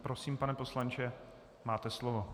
Prosím, pane poslanče, máte slovo.